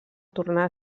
tornar